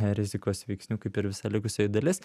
rizikos veiksnių kaip ir visa likusioji dalis